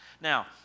Now